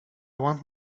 want